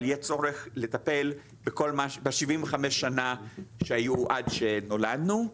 אבל יהיה צורך לטל בכל 75 השנה שהיו עד שנולדנו.